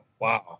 wow